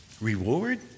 Reward